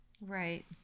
Right